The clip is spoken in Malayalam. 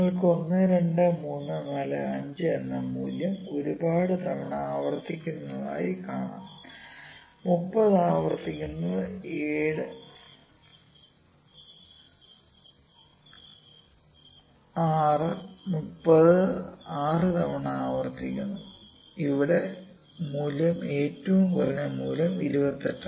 നിങ്ങൾക്ക് 1 2 3 4 5 എന്ന മൂല്യം ഒരുപാട് തവണ ആവർത്തിക്കുന്നതായി കാണാം 30 ആവർത്തിക്കുന്നത് 7 6 30തു 6 തവണ ആവർത്തിക്കുന്നു ഇവിടെ മൂല്യം ഏറ്റവും കുറഞ്ഞ മൂല്യം 28